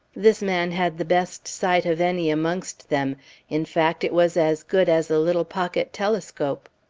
this man had the best sight of any amongst them in fact it was as good as a little pocket telescope.